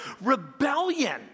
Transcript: Rebellion